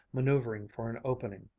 manoeuvering for an opening.